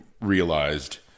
realized